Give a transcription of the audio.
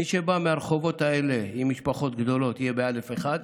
מי שבא מהרחובות האלה, ממשפחות גדולות, יהיה בא'1,